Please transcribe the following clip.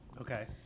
Okay